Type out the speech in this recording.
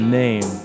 name